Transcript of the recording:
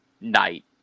night